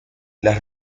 las